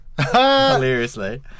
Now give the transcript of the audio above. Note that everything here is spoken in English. hilariously